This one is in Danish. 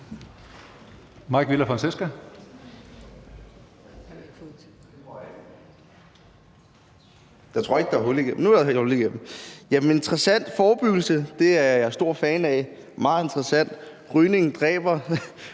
Fonseca (M): Forebyggelse er jeg stor fan af – meget interessant. Rygning dræber.